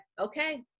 okay